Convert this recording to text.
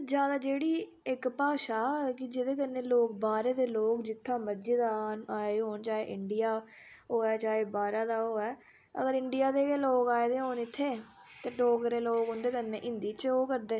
ते जादै जेह्ड़ी इक भाशा जेह्दे कन्नै लोग बाह्रे दे लोग जित्थें मर्जी दा आन आए होन चाहे इण्डिया होऐ चाहे बाह्रा दा होऐ अगर इण्डिया दे गै लोग ओए दे होन इत्थे तां डोगरे लोग उन्दे कन्नै हिन्दी च ओह् करदे